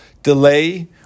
delay